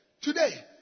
today